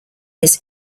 his